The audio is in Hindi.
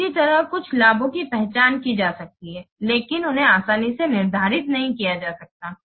इसी तरह कुछ लाभों की पहचान की जा सकती है लेकिन उन्हें आसानी से निर्धारित नहीं किया जा सकता है